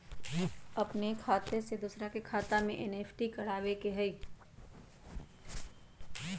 अपन खाते से दूसरा के खाता में एन.ई.एफ.टी करवावे के हई?